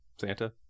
Santa